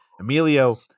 Emilio